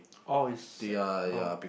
orh it's uh orh